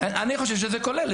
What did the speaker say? אני חושב שזה כולל.